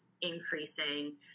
increasing